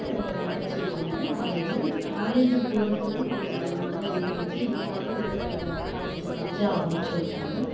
படிச்சிக்கிட்டு இருந்தேன் college college போகறத்துக்கும் கொஞ்சம் பயமாகதான் இருந்துச்சு இருந்தாலும் என்ன பண்ணுறது காலேஜ் படிச்சே ஆகணுன்னு சொல்லிட்டாங்க